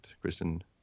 Kristen